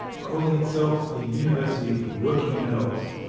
calling itself a university for working adults,